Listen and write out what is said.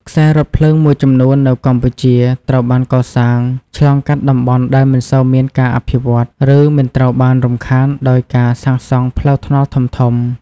ខ្សែរថភ្លើងមួយចំនួននៅកម្ពុជា ត្រូវបានកសាងឆ្លងកាត់តំបន់ដែលមិនសូវមានការអភិវឌ្ឍ ឬមិនត្រូវបានរំខានដោយការសាងសង់ផ្លូវថ្នល់ធំៗ។